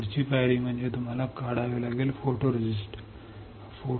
पुढची पायरी म्हणजे तुम्हाला काढून टाकावे लागेल फोटोरेस्टिस्ट काढा